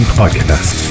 podcast